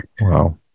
Wow